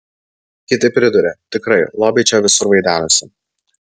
kiti priduria tikrai lobiai čia visur vaidenasi